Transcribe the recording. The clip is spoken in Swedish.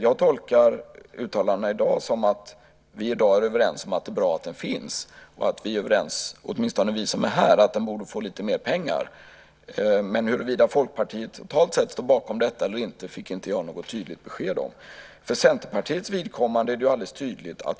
Jag tolkar uttalandena i dag som att vi i dag är överens om att det är bra att den finns och att vi är överens - åtminstone vi som är här - om att den borde få lite mer pengar. Men huruvida Folkpartiet totalt sett står bakom detta eller inte fick jag inget tydligt besked om. För Centerpartiets vidkommande är det ju alldeles tydligt.